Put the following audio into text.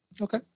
Okay